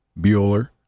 Bueller